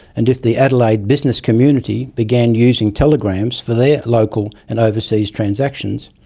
and if the adelaide business community began using telegrams for their local and overseas transactions,